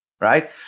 Right